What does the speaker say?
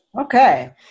Okay